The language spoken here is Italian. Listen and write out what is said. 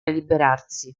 liberarsi